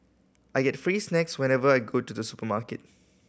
I get free snacks whenever I go to the supermarket